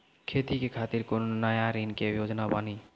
खेती के खातिर कोनो नया ऋण के योजना बानी?